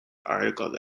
articles